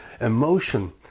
emotion